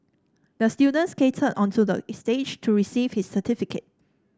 the student skated onto the stage to receive his certificate